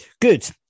Good